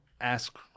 ask